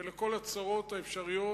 ולכל הצרות האפשריות,